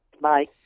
Bye